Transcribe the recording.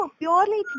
purely